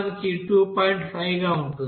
5 గా ఉంటుంది